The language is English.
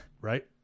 right